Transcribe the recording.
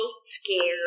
scared